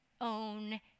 own